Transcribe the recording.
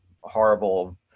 horrible